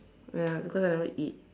ya because I never eat